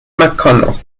mcconnell